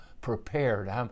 prepared